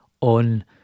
on